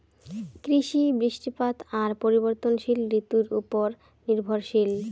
কৃষি, বৃষ্টিপাত আর পরিবর্তনশীল ঋতুর উপর নির্ভরশীল